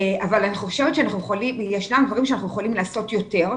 אבל אני חושבת שישנם דברים שאנחנו יכולים לעשות יותר,